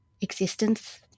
existence